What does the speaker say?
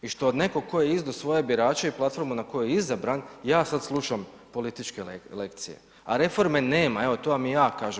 I što netko tko je izdao svoje birače i platformu na kojoj je izabran ja sad slušam političke lekcije, a reforme nema, evo to vam i ja kažem.